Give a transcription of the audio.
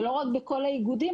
ולא רק בכל האיגודים.